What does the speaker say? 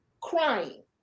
crying